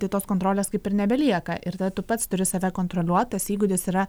tai tos kontrolės kaip ir nebelieka ir tada tu pats turi save kontroliuot tas įgūdis yra